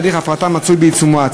והליך ההפרטה מצוי בעיצומו.